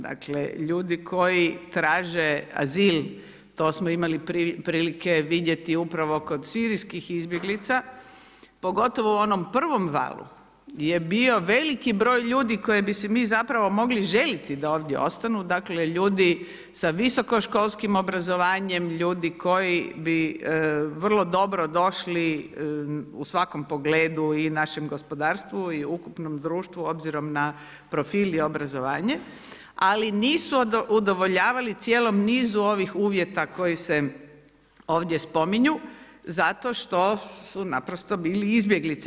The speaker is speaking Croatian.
Dakle, ljudi koji traže azil, to smo imali prilike vidjeti upravo kod sirijskih izbjeglica, pogotovo u onom prvom valu gdje je bio veliki broj ljudi koje bi si mi zapravo mogli željeti da ovdje ostanu, dakle ljudi sa visokoškolskim obrazovanjem, ljudi koji bi vrlo dobro došli u svakom pogledu i našem gospodarstvu i u ukupnom društvu, obzirom na profil i obrazovanje, ali nisu udovoljavali cijelom nizu ovih uvjeta koji se ovdje spominju zato što su naprosto bili izbjeglice.